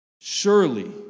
surely